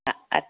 हां अच्छा